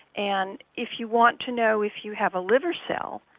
and if you want to know if you have a liver cell,